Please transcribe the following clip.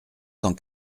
cent